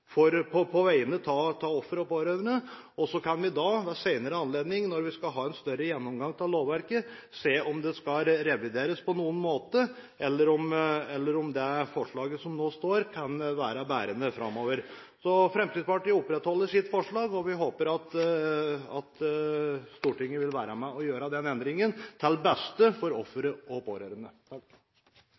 endring, på vegne av ofre og pårørende. Så kan vi da, ved en senere anledning, når vi skal ha en større gjennomgang av lovverket, se om det skal revideres på noen måte, eller om forslaget, slik det nå står, kan være bærende framover. Så Fremskrittspartiet opprettholder sitt forslag, og vi håper at Stortinget vil være med og gjøre den endringen, til beste for ofre og pårørende.